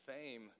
fame